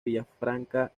villafranca